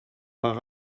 par